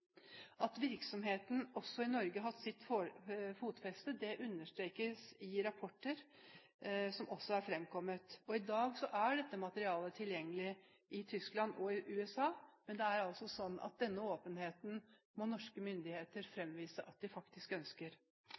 At virksomheten også har hatt sitt fotfeste i Norge, understrekes i rapporter som også er fremkommet. I dag er dette materialet tilgjengelig i Tyskland og i USA, men denne åpenheten må norske myndigheter fremvise at de faktisk ønsker.